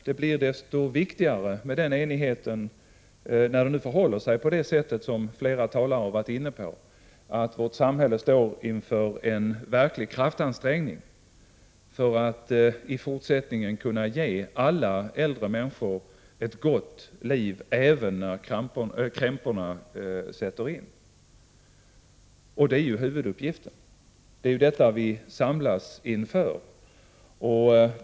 Det blir desto viktigare med den enigheten när — vilket flera talare har varit inne på — vårt samhälle står inför en verklig kraftansträngning för att i fortsättningen kunna ge alla äldre människor ett gott liv även när krämporna sätter in. Det är ju huvuduppgiften, det vi samlas inför.